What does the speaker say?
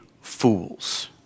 fools